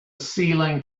ceiling